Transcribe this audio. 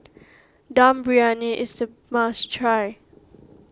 Dum Briyani is a must try